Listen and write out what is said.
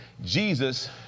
Jesus